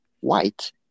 white